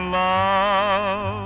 love